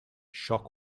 shock